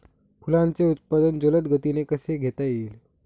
फुलांचे उत्पादन जलद गतीने कसे घेता येईल?